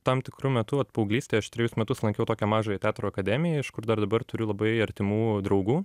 tam tikru metu vat paauglystėj aš trejus metus lankiau tokią mažojo teatro akademiją iš kur dar dabar turiu labai artimų draugų